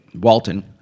Walton